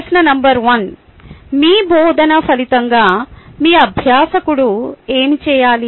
ప్రశ్న నంబర్ 1 మీ బోధన ఫలితంగా మీ అభ్యాసకుడు ఏమి చేయాలి